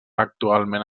actualment